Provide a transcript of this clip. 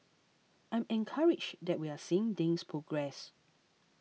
I'm encouraged that we're seeing things progress